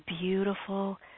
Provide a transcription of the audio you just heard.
beautiful